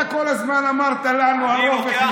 אתה כל הזמן אמרת לנו: הרוב החליט.